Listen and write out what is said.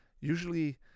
Usually